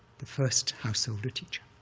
the first householder teacher,